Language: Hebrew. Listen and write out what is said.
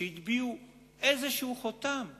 שהטביעו חותם כלשהו.